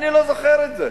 אני לא זוכר את זה.